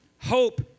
Hope